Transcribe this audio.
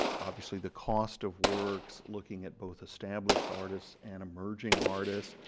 obviously the cost of works, looking at both established artists and emerging artists,